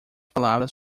palavras